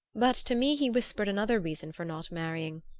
but to me he whispered another reason for not marrying.